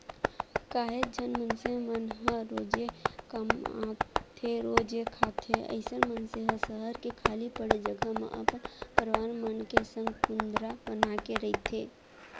काहेच झन मनसे मन ह रोजे कमाथेरोजे खाथे अइसन मनसे ह सहर के खाली पड़े जघा म अपन परवार मन के संग कुंदरा बनाके रहिथे